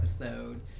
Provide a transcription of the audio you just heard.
episode